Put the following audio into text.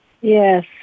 Yes